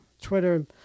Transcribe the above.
Twitter